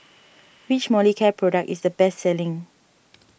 which Molicare product is the best selling